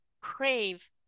crave